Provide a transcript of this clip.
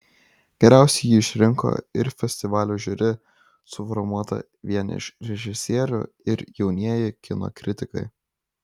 geriausiu jį išrinko ir festivalio žiuri suformuota vien iš režisierių ir jaunieji kino kritikai